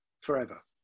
forever